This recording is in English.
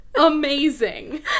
amazing